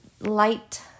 light